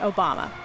Obama